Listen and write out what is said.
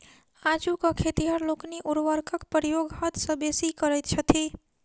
आजुक खेतिहर लोकनि उर्वरकक प्रयोग हद सॅ बेसी करैत छथि